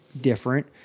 different